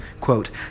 Quote